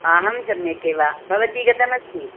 अहं सम्यगेव भवती गतमस्ति